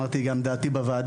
אמרתי גם את דעתי בוועדה.